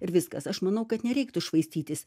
ir viskas aš manau kad nereiktų švaistytis